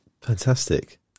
Fantastic